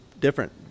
Different